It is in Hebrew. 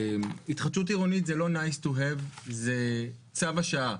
התחדשות עירונית זה לא nice to have, זה צו השעה.